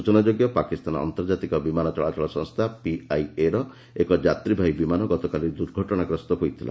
ସ୍ଚଚନାଯୋଗ୍ୟ ପାକିସ୍ତାନ ଆନ୍ତର୍ଜାତିକ ବିମାନ ଚଳାଚଳ ସଂସ୍ଥା ପିଆଇଏର ଏକ ଯାତ୍ରୀବାହି ବିମାନ ଗତକାଲି ଦୂର୍ଘଟଣାଗ୍ରସ୍ତ ହୋଇଥିଲା